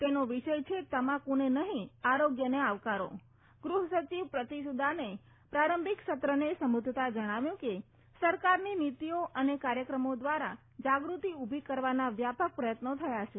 તેના વિષય છે તમાકુને નહીં આરોગ્યને આવકારો ગ્રહસચિવ પ્રતિસુદાને પ્રારંભિક સત્રને સંબોધતાં જણાવ્યું કે સરકારની નીતિઓ અને કાર્યક્રમો દ્વારા જાગૃત્તિ ઊભી કરવાના વ્યાપક પ્રયત્નો થયા છે